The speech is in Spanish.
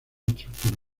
estructura